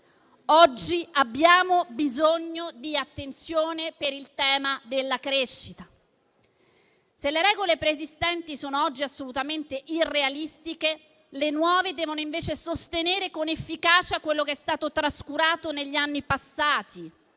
Oggi abbiamo bisogno di attenzione per il tema della crescita. Se le regole preesistenti sono oggi assolutamente irrealistiche, le nuove devono invece sostenere con efficacia quello che è stato trascurato negli anni passati: